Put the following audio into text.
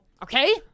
Okay